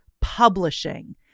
publishing